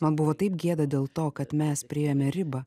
man buvo taip gėda dėl to kad mes priėjome ribą